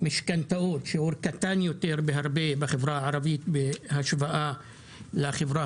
משכנתאות שיעור קטן בהרבה בחברה הערבית בהשוואה לחברה